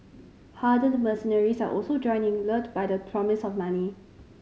hardened mercenaries are also joining lured by the promise of money